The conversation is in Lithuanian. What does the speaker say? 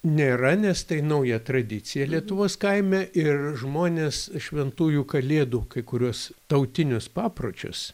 nėra nes tai nauja tradicija lietuvos kaime ir žmonės šventųjų kalėdų kai kuriuos tautinius papročius